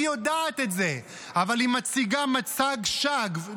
היא יודעת את זה, אבל היא מציגה מצג שווא,